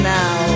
now